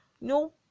No